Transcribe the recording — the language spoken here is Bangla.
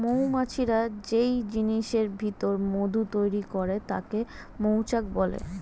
মৌমাছিরা যেই জিনিসের ভিতর মধু তৈরি করে তাকে মৌচাক বলে